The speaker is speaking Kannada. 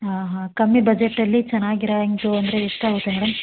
ಆಂ ಹಾಂ ಕಮ್ಮಿ ಬಜೆಟ್ಟಲ್ಲಿ ಚೆನ್ನಾಗಿರ ಇಂಟು ಅಂದರೆ ಎಷ್ಟಾಗುತ್ತೆ ಮೇಡಮ್